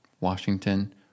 Washington